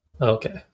Okay